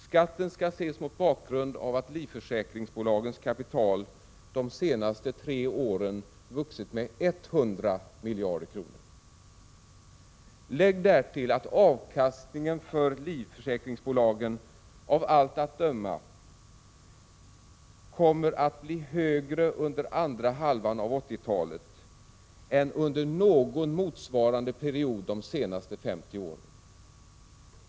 Skatten skall ses mot bakgrunden av att livförsäkringsbolagens kapital de senaste tre åren vuxit med 100 miljarder kronor. Lägg därtill att avkastningen för livförsäkringsbo lagen av allt att döma kommer att bli högre under andra hälften av 80-taletän Prot. 1986/87:48 under någon motsvarande period de senaste 50 åren.